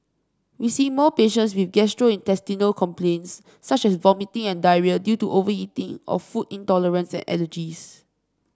we see more patients with gastrointestinal complaints such as vomiting and diarrhoea due to overeating or food intolerance and allergies